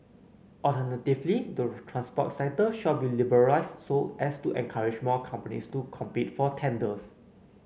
alternatively the transport sector shall be liberalised so as to encourage more companies to compete for tenders